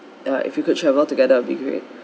uh if we could travel together will be great